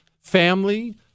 family